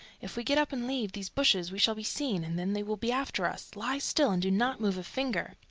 if we get up and leave these bushes, we shall be seen, and then they will be after us! lie still, and do not move a finger!